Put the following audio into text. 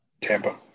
Tampa